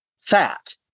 fat